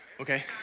Okay